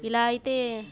ఇలా అయితే